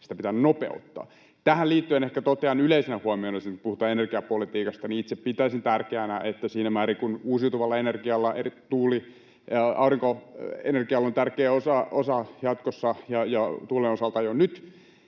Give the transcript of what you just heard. Sitä pitää nopeuttaa. Tähän liittyen ehkä totean yleisenä huomiona sen, että kun puhutaan energiapolitiikasta, niin itse pitäisin tärkeänä, että siinä määrin kuin uusiutuvalla energialla eli tuuli‑ ja aurinkoenergialla on tärkeä osa jatkossa — ja tuulen osalta on jo nyt